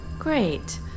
Great